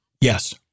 yes